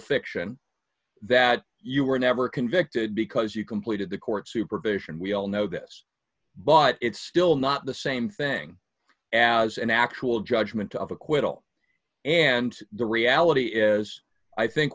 fiction that you were never convicted because you completed the court supervision we all know this but it's still not the same thing as an actual judgment of acquittal and the reality is i think